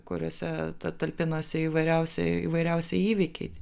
kuriose ta talpinasi įvairiausi įvairiausi įvykiai